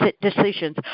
decisions